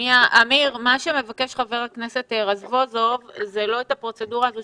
מה שמבקש חבר הכנסת רזבוזוב זה לא את הפרוצדורה הזו